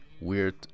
weird